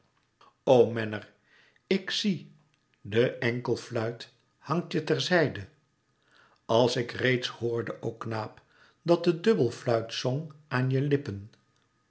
menner ik zie de enkelfluit hangt je ter zijde als ik reeds hoorde o knaap dat de dubbelfluit zong aan je lippen